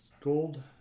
Gold